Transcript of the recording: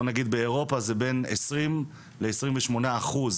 בואו נגיד באירופה זה בין עשרים לעשרים ושמונה אחוז